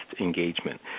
engagement